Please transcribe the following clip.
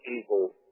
people